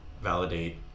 validate